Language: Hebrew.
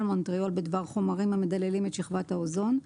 מונטריאול בדבר חומרים המדללים את שכבת האוזון,